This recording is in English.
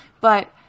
But-